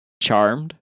Charmed